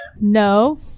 No